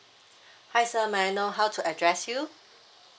hi sir may I know how to address you